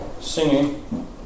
singing